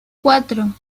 cuatro